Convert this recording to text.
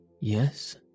Yes